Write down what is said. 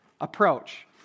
approach